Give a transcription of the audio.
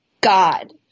God